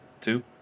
Two